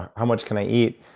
how much can i eat?